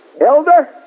Elder